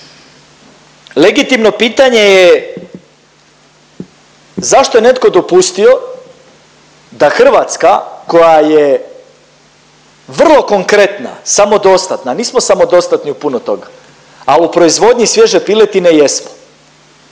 Legitimno pitanje je zašto je netko dopustio da Hrvatska koja je vrlo konkretna samodostatna, nismo samodostatni u puno toga, al u proizvodnji svježe piletine jesmo